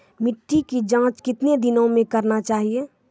मिट्टी की जाँच कितने दिनों मे करना चाहिए?